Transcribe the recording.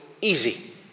easy